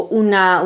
una